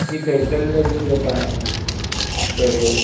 GPay செல்லுலையே GPay பண்ணலாமா சரி